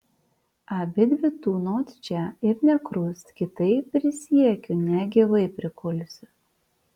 abidvi tūnot čia ir nė krust kitaip prisiekiu negyvai prikulsiu